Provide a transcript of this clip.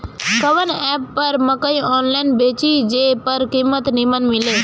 कवन एप पर मकई आनलाइन बेची जे पर कीमत नीमन मिले?